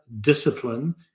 discipline